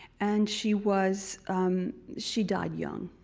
and she was she died young,